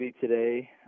today